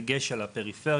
בדגש על הפריפריה,